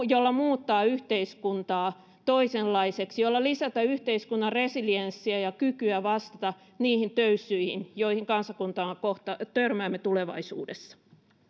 jolla muuttaa yhteiskuntaa toisenlaiseksi jolla lisätään yhteiskunnan resilienssiä ja kykyä vastata niihin töyssyihin joihin kansakuntana törmäämme tulevaisuudessa